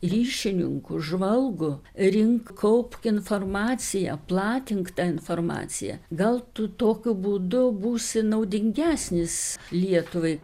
ryšininku žvalgu rink kaupk informaciją platink tą informaciją gal tu tokiu būdu būsi naudingesnis lietuvai